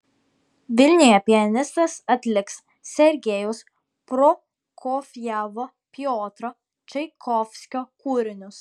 vilniuje pianistas atliks sergejaus prokofjevo piotro čaikovskio kūrinius